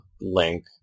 link